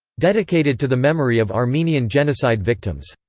dedicated to the memory of armenian genocide victims.